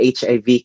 HIV